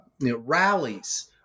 rallies